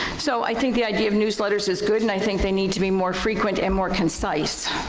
so i think the idea of newsletters is good and i think they need to be more frequent and more concise,